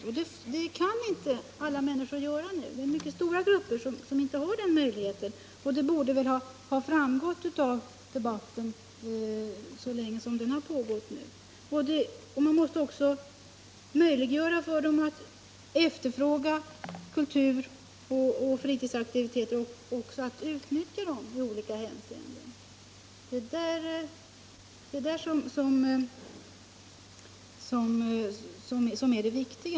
Det kan inte alla människor göra nu. Mycket stora grupper har inte den möjligheten; det borde ha framgått av debatten så länge som den nu pågått. Man måste alltså möjliggöra för människor dels att efterfråga kultur och fritidsaktiviteter, dels att utnyttja dem i olika hän 79 seenden. Det är det som är det viktiga.